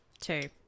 two